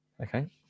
Okay